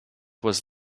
was